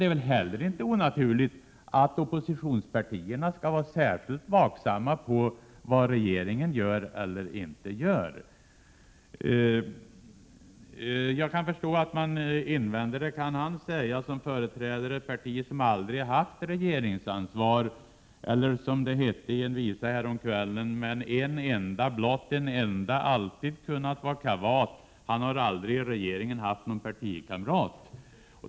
Det är väl inte heller onaturligt att oppositionspartierna skall vara särskilt vaksamma när det gäller vad regeringen gör och inte gör. Man kan invända att detta kan den säga som företräder ett parti som aldrig har haft regeringsansvar, eller som det hette i en visa häromkvällen: ”men en enda, blott en enda alltid kunnat va” kavat, han har aldrig i regeringen haft nån partikamrat”.